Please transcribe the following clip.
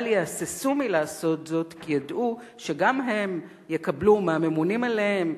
אבל יהססו לעשות זאת כי ידעו שגם הם יקבלו מהממונים עליהם,